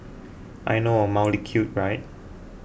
I know mildly cute right